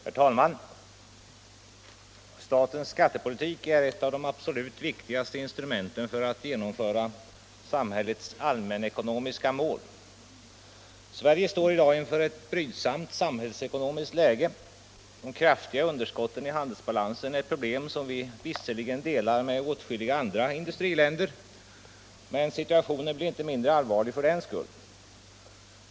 Herr talman! Statens skattepolitik är ett av de absolut viktigaste instrumenten för att genomföra samhällets allmänekonomiska mål. Sverige står i dag inför ett brydsamt samhällsekonomiskt läge. Det kraftiga underskottet i handelsbalansen är ett problem som vi visserligen delar med åtskilliga andra industriländer men situationen blir inte mindre allvarlig för den skull.